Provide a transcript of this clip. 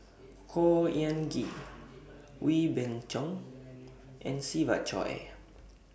Khor Ean Ghee Wee Beng Chong and Siva Choy